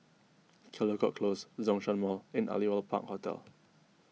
Caldecott Close Zhongshan Mall and Aliwal Park Hotel